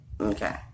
okay